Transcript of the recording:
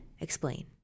explain